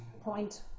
point